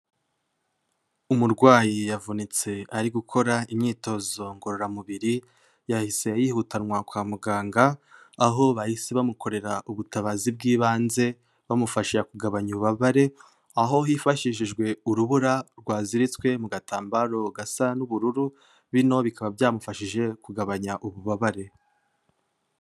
Umurwayi yavunitse ari gukora imyitozo ngororamubiri, yahise yihutanwa kwa muganga, aho bahise bamukorera ubutabazi bw'ibanze bamufasha kugabanya ububabare, aho hifashishijwe urubura rwaziritswe mu gatambaro gasa n'ubururu, bino bikaba byamufashije kugabanya ububabare.